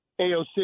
AOC